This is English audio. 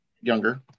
younger